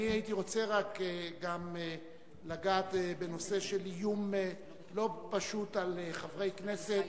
אני הייתי רוצה רק לגעת בנושא של איום לא פשוט על חברי כנסת,